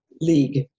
league